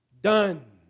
done